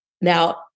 Now